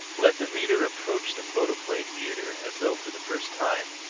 let the reader approach the photoplay theatre as though for the first time,